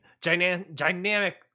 Dynamic